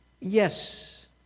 Yes